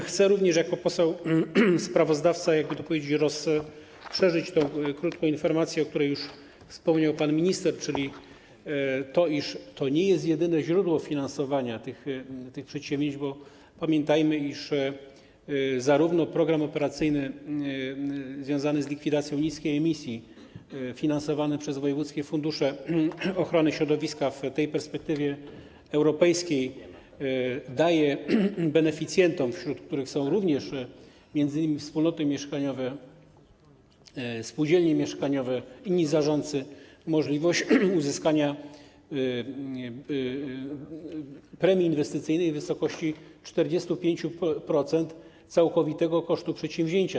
Chcę również jako poseł sprawozdawca rozszerzyć tę krótką informację, o której już wspomniał pan minister: to nie jest jedyne źródło finansowania tych przedsięwzięć, bo pamiętajmy, iż zarówno program operacyjny związany z likwidacją niskiej emisji finansowany przez wojewódzkie fundusze ochrony środowiska w tej perspektywie europejskiej daje beneficjentom, wśród których są również m.in. wspólnoty mieszkaniowe, spółdzielnie mieszkaniowe, inni zarządcy, możliwość uzyskania premii inwestycyjnej w wysokości 45% całkowitego kosztu przedsięwzięcia.